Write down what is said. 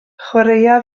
chwaraea